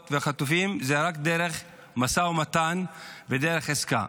ואת החטופים היא רק דרך משא ומתן ודרך עסקה.